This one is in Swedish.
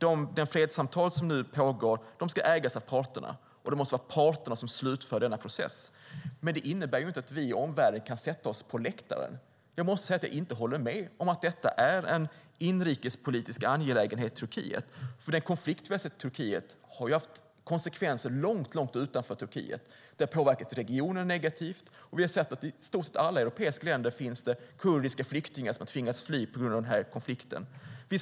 De fredssamtal som nu pågår ska självfallet ägas av parterna, Carl Bildt, och det måste vara parterna som slutför denna process. Men det innebär inte att vi i omvärlden kan sätta oss på läktaren. Jag måste säga att jag inte håller med om att detta är en inrikespolitisk angelägenhet i Turkiet. Den konflikt vi har sett där har ju fått konsekvenser långt utanför landet. Den har påverkat regionen negativt, och vi har sett att det i stort sett alla europeiska länder finns kurdiska flyktingar som har tvingats fly på grund av konflikten.